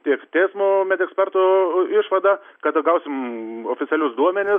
tiek teismo med ekspertų išvada kada gausim oficialius duomenis